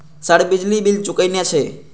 Sir बिजली bill चूकेना छे?